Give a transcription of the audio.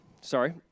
sorry